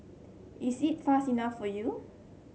is it fast enough for you